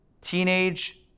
teenage